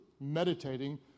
meditating